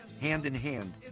hand-in-hand